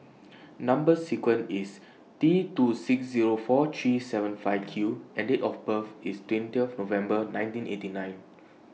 Number sequence IS T two six Zero four three seven five Q and Date of birth IS twentieth November nineteen eighty nine